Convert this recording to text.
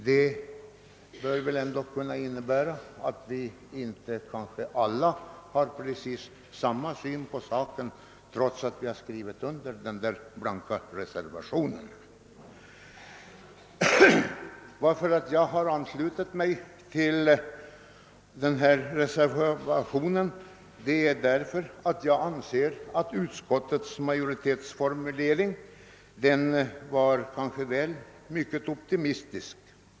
Det är flera ledamöter som skrivit under denna blanka reservation; det innebär dock inte att vi alla har precis samma motiv härför. Att även jag antecknat mig på reservationen beror på att jag anser att utskottsmajoritetens formulering är väl optimistisk.